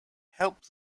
help